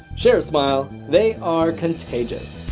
share a smile they are contagious.